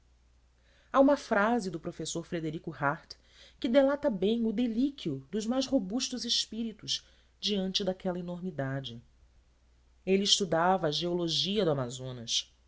há uma frase do professor frederico hartt que delata bem o delíquio dos mais robustos espíritos diante daquela enormidade ele estudava a geologia do amazonas